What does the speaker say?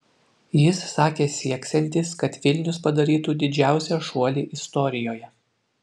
jis sakė sieksiantis kad vilnius padarytų didžiausią šuolį istorijoje